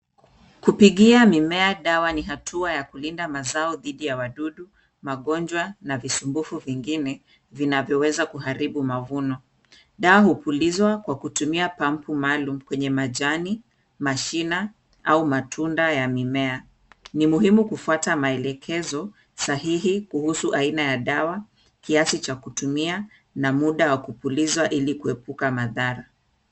Kupigia mimea dawa ni hatua ya kulinda mazao dhidi ya wadudu, magonjwa na visumbufu vingine vinavyoweza kuharibu mavuno. Dawa hupulizwa kwa kutumia pampu maalum kwenye majani, mashina au matunda ya mimea. Ni muhimu kufuata maelekezo sahihi kuhusu aina ya dawa, kiasi cha kutumia na muda wa kupulizwa ili kuepuka madhara.